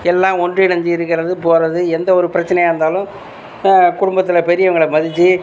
எல்லாம் ஒன்றிணைஞ்சு இருக்கிறது போகிறது எந்த ஒரு பிரச்சனையாக இருந்தாலும் குடும்பத்தில் பெரியவங்களை மதித்து